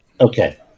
okay